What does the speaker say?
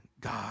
God